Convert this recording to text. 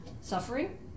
suffering